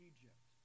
Egypt